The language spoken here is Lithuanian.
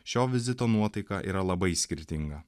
šio vizito nuotaika yra labai skirtinga